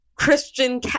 Christian